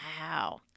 Wow